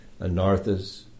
Anarthas